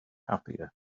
happier